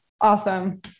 Awesome